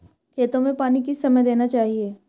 खेतों में पानी किस समय देना चाहिए?